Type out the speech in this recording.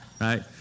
Right